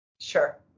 sure